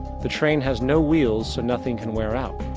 the train has no wheels, so nothing can wear out.